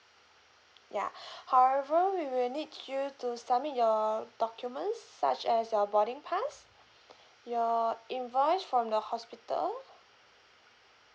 ya however we will need you to submit your documents such as your boarding pass your invoice from the hospital